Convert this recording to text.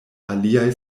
aliaj